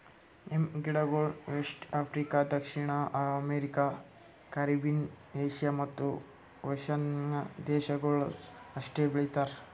M ಗಿಡಗೊಳ್ west Africa, ದಕ್ಷಿಣ America, Caribbean, Asia ಮತ್ತ್ ಓಷನ್ನ ದೇಶಗೊಳ್ದಾಗ್ ಅಷ್ಟೆ ಬೆಳಿತಾರ್